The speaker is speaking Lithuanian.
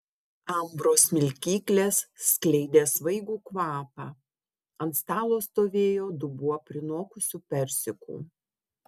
ambros smilkyklės skleidė svaigų kvapą ant stalo stovėjo dubuo prinokusių persikų